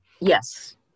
Yes